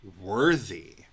worthy